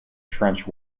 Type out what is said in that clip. trench